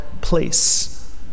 place